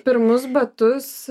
pirmus batus